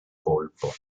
colpo